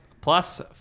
plus